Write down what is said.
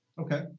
Okay